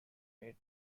made